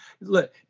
Look